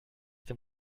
dem